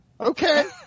Okay